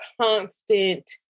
constant